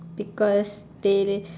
because they